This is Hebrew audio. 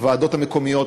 הוועדות המקומיות,